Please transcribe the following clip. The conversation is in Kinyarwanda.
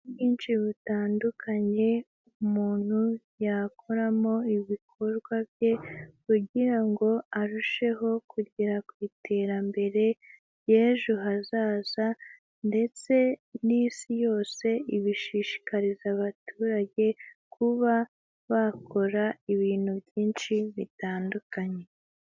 uburyo bwinshi butandukanye umuntu yakoramo ibikorwa bye, kugira ngo arusheho kugera ku iterambere ry'ejo hazaza ndetse n'isi yose ibishishikariza abaturage kuba bakora ibintu byinshi bitandukanye.